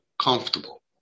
comfortable